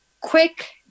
Quick